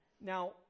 Now